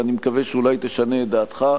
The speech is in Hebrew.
ואני מקווה שאולי תשנה את דעתך,